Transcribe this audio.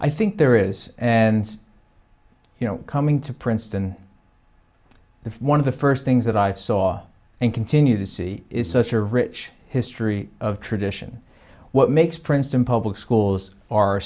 i think there is and you know coming to princeton one of the first things that i saw and continue to see is such a rich history of tradition what makes princeton public schools